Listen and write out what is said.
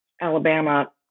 Alabama